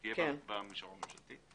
תהיה במישור המשפטי.